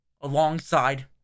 alongside